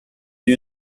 you